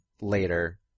later